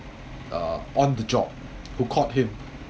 uh on the job who caught him